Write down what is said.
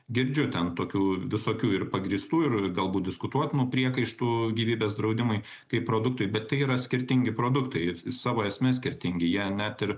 girdžiu ten tokių visokių ir pagrįstų ir galbūt diskutuotinų priekaištų gyvybės draudimui kaip produktui bet tai yra skirtingi produktai ir savo esme skirtingi jie net ir